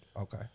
Okay